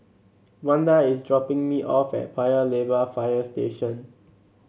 Wanda is dropping me off at Paya Lebar Fire Station